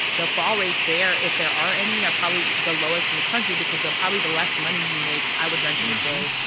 the fall rates there, if there are any, are probably the lowest in the country because probably the less money you make, i would venture to say,